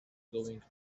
going